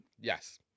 Yes